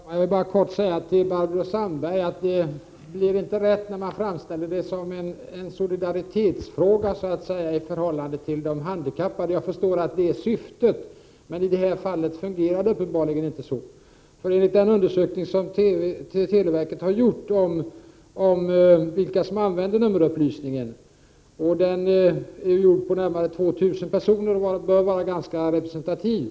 Herr talman! Jag vill bara kortfattat säga till Barbro Sandberg att det inte blir riktigt när man framställer det som en fråga om solidaritet i förhållande till de handikappade. Jag förstår att det är syftet, men i det här fallet fungerar det uppenbarligen inte så. Televerket har undersökt vilka personer som använder nummerupplysningen. Undersökningen har omfattat närmare 2 000 personer och bör vara ganska representativ.